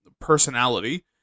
personality